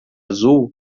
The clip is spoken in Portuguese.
azul